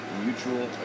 mutual